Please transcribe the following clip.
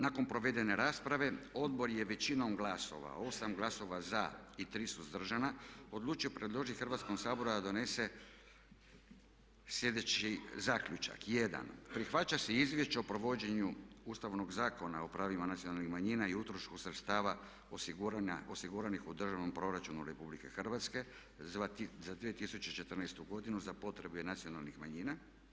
Na kraju, nakon provedene rasprave odbor je većinom glasova 8 glasova za i 3 suzdržana odlučio predložiti Hrvatskom saboru da donese sljedeći zaključak: 1. Prihvaća se Izvješće o provođenju Ustavnog zakona o pravima nacionalnih manjina i utrošku sredstava osiguranih u Državnom proračunu Republike Hrvatske za 2014. godinu za potrebe nacionalnih manjina.